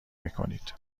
میکنید